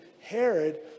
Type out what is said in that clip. Herod